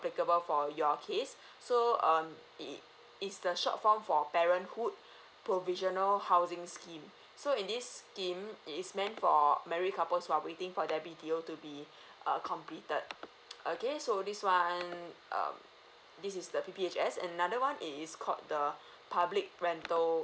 applicable for your case so um It's the short form for parenthood provisional housing scheme so in this scheme It's meant for married couples who are waiting for their B_T_O to be err completed okay so this one um this is the P_P_H_S and another one is called the public rental